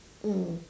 mm